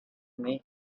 may